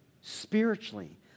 spiritually